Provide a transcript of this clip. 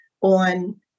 on